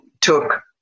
took